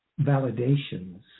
validations